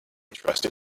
trusted